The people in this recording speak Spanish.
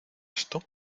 esto